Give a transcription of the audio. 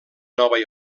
nova